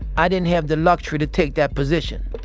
i didn't have the luxury to take that position